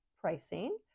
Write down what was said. pricing